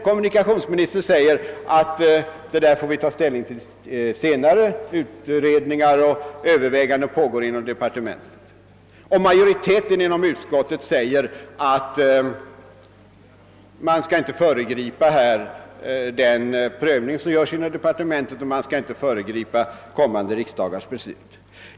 Kommunikationsministern säger emellertid att vi får ta ställning till dessa ting senare — utredningar och överväganden pågår inom departementet. Utskottsmajoriteten uttalar att vi inte skall föregripa den prövning som görs inom departementet, eller kommande riksdagars beslut.